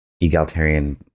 egalitarian